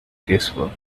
graceful